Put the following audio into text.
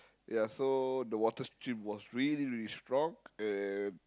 yeah so the water stream was really really strong and